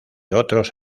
otros